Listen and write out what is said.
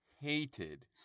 hated